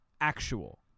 actual